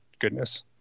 goodness